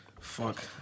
Fuck